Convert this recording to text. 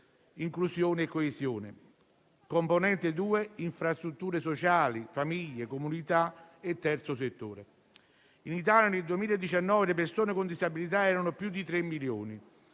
Inclusione e coesione, componente 2, Infrastrutture sociali, famiglie, comunità e terzo settore. In Italia, nel 2019, le persone con disabilità erano più di 3 milioni